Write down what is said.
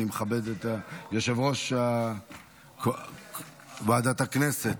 אני מכבד את יושב-ראש ועדת הכנסת,